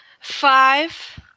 five